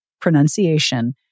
pronunciation